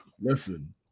Listen